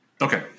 Okay